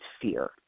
fear